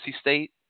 State